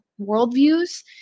worldviews